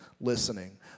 listening